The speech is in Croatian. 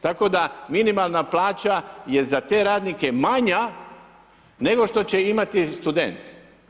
Tako da minimalna plaća je za te radnika, manja nego što će imati student.